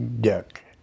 duck